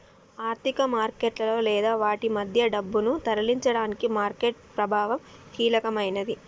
ఆర్థిక మార్కెట్లలో లేదా వాటి మధ్య డబ్బును తరలించడానికి మార్కెట్ ప్రభావం కీలకమైనది